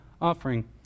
offering